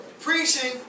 preaching